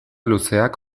luzeak